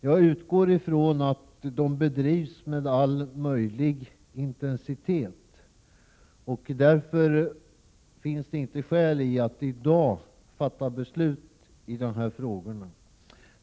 Jag utgår ifrån att de bedrivs med all möjlig intensitet, och därför finns det inte skäl till att i dag fatta beslut i dessa frågor.